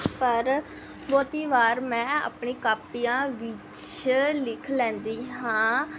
ਪਰ ਬਹੁਤ ਵਾਰ ਮੈਂ ਆਪਣੀ ਕਾਪੀਆਂ ਵਿੱਚ ਲਿਖ ਲੈਂਦੀ ਹਾਂ